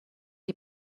die